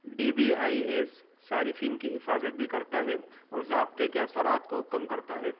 D B I S صارفین کی حفاظت بھی کرتا ہے اور ضابطے کے اثرات کو کم کرتا ہے